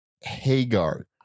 Hagar